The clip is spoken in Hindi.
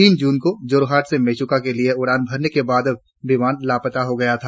तीन जून को जोरहाट से मेचुका के लिए उड़ान भरने के बाद विमान लापता हो गया था